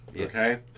okay